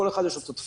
לכל אחד יש תפקיד,